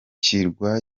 kirwa